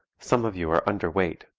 some of you are underweight,